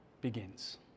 begins